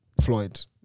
Floyd